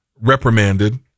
reprimanded